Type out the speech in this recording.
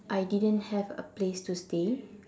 I didn't have a place to stay